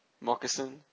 moccasin